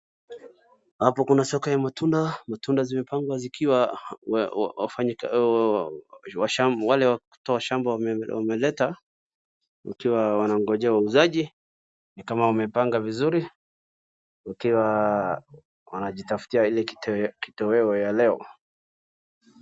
Hapo kuna soko ya matunda, matunda zikimepangwa zikikwa wale wakutoa shamba wameleta wakiwa wangojea wauzaji. Ni kama wamepanga vizuri wakiwa wanajitafutia ile kitoweo ya leo.